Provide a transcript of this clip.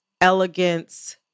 elegance